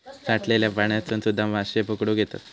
साठलल्या पाण्यातसून सुध्दा माशे पकडुक येतत